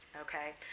Okay